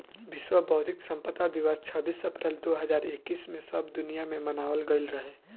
विश्व बौद्धिक संपदा दिवस छब्बीस अप्रैल दो हज़ार इक्कीस में सब दुनिया में मनावल गईल रहे